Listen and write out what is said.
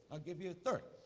i'll give you a third.